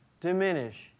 diminish